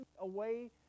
away